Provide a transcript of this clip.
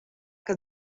que